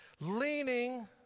Leaning